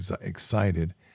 excited